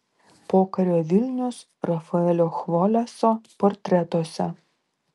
pokario vilnius rafaelio chvoleso portretuose